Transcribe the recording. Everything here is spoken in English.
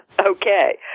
okay